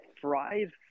fried